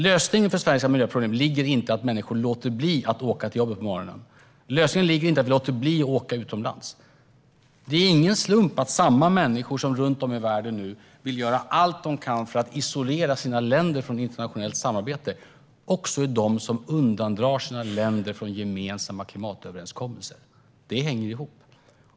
Lösningen på Sveriges miljöproblem ligger inte i att människor låter bli att åka till jobbet på morgonen. Lösningen ligger inte i att vi låter bli att åka utomlands. Det är ingen slump att samma människor som runt om i världen nu vill göra allt de kan för att isolera sina länder från internationellt samarbete också är de som undandrar sina länder från gemensamma klimatöverenskommelser. Det hänger ihop.